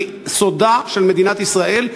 כי סודה של מדינת ישראל,